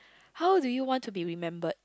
how do you want to be remembered